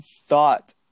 thought